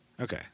Okay